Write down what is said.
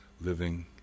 living